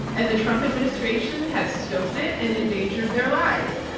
and the trump administration has stoked it and endangered their lives.